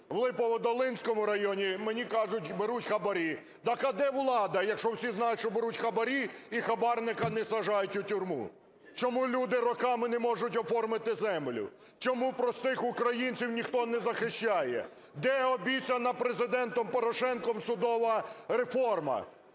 в Липоводолинському районі, мені кажуть, беруть хабарі. Так а де влада, якщо всі знають, що беруть хабарі і хабарника не саджають у тюрму?! Чому люди роками не можуть оформити землю?! Чому простих українців ніхто не захищає?! Де обіцяна Президентом Порошенком судова реформа?